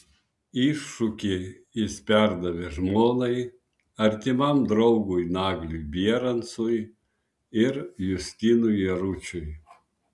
iššūkį jis perdavė žmonai artimam draugui nagliui bierancui ir justinui jaručiui